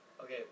Okay